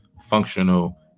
functional